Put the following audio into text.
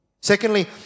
Secondly